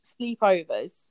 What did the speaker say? sleepovers